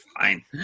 fine